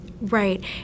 Right